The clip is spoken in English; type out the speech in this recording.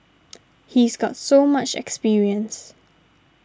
he's got so much experience